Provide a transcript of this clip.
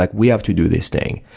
like we have to do this thing.